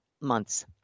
months